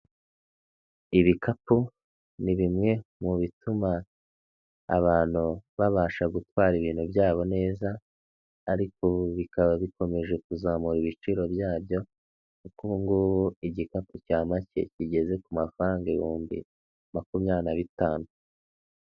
Ibikapu ni bimwe mu bituma abantu babasha gutwara ibintu byabo neza ariko ubu bikaba bikomeje kuzamura ibiciro byabyo kuko ubu ngubu igikapu cya make kigeze ku mafaranga ibihumbi makumyabiri na bitanu.